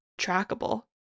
trackable